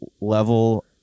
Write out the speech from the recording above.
level